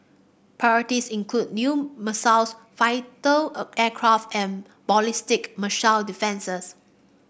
priorities include new missiles fighter aircraft and ballistic missile defences